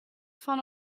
fan